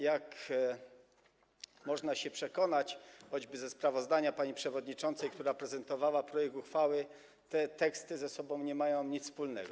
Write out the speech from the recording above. Jak można się przekonać choćby ze sprawozdania pani przewodniczącej, która prezentowała projekt uchwały, te teksty nie mają ze sobą nic wspólnego.